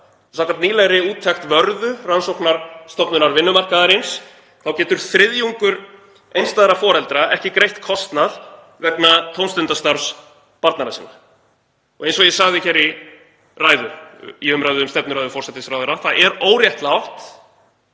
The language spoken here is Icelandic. Samkvæmt nýlegri úttekt Vörðu –rannsóknarstofnunar vinnumarkaðarins getur þriðjungur einstæðra foreldra ekki greitt kostnað vegna tómstundastarfs barnanna sinna. Og eins og ég sagði í umræðu um stefnuræðu forsætisráðherra: „Það er óréttlátt